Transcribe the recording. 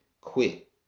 quit